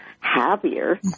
happier